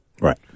Right